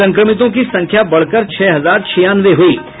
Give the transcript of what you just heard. संक्रमितों की संख्या बढ़कर छह हजार छियानवे हुयी